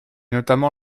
notamment